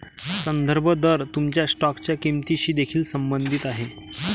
संदर्भ दर तुमच्या स्टॉकच्या किंमतीशी देखील संबंधित आहे